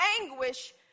anguish